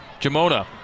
Jamona